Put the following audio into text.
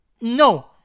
No